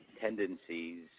tendencies